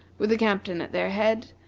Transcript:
with the captain at their head,